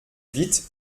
vite